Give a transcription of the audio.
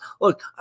Look